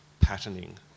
patterning